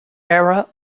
era